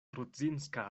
rudzinska